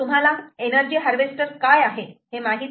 तुम्हाला energy harvester काय आहे हे माहित आहे